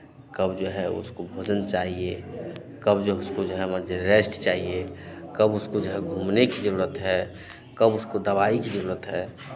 कब जो है उसको भोजन चाहिए कब जो उसको जो है रेस्ट चाहिए कब उसको जो है घूमने की ज़रूरत है कब उसको दवाई की ज़रूरत है